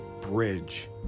Bridge